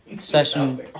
Session